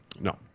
No